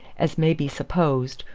as may be supposed,